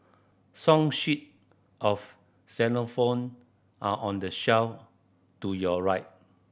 song sheet of xylophone are on the shelf to your right